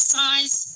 size